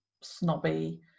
snobby